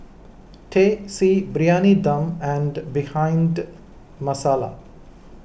Teh C Briyani Dum and Bhindi Masala